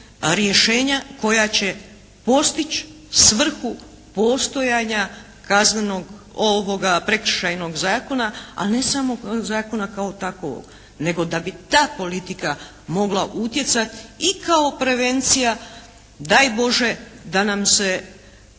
rješenja koja će postići svrhu postojanja kaznenog, Prekršajnog zakona a ne samo zakona kao takovog, nego da bi ta politika mogla utjecati i kao prevencija. Daj Bože da nam se